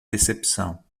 decepção